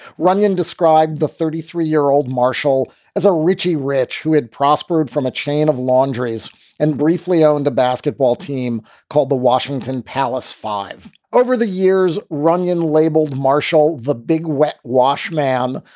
runyon described the thirty three year old marshall as a richie rich, who had prospered from a chain of laundries and briefly owned a basketball team called the washington palace five. over the years, runyon labeled marshall the big wet wash man,